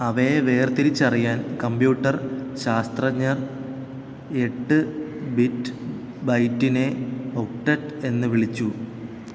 അവയെ വേർതിരിച്ചു അറിയാൻ കമ്പ്യൂട്ടർ ശാസ്ത്രജ്ഞർ എട്ട് ബിറ്റ് ബൈറ്റിനെ ഒക്ടട്ട് എന്ന് വിളിച്ചു